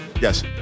Yes